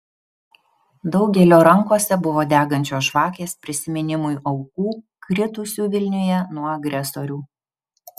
daugelio rankose buvo degančios žvakės prisiminimui aukų kritusių vilniuje nuo agresorių